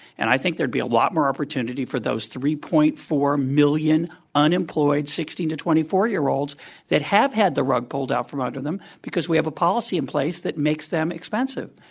and i think there'd be a lot more opportunity for those three. four million unemployed sixteen to twenty four year olds that have had the rug pulled out from under them, because we have a policy in place that makes them expensive.